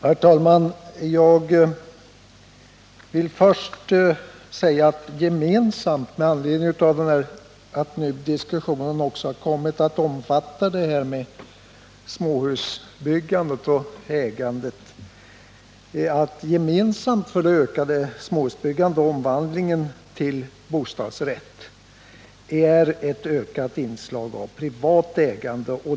Herr talman! Jag vill först säga, med anledning av att diskussionen nu också har kommit att omfatta småhusbyggandet och ägandet, att gemensamt för det ökade småhusbyggandet och omvandlingen av hyreslägenheter till bostadsrättslägenheter är ett ökat inslag av privat ägande.